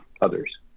others